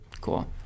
Cool